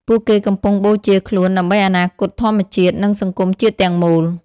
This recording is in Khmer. ពួកគេកំពុងបូជាខ្លួនដើម្បីអនាគតធម្មជាតិ និងសង្គមជាតិទាំងមូល។